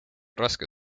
raske